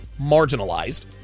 marginalized